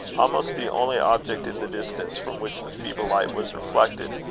almost the only object in the distance from which the feeble light was reflected,